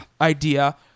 idea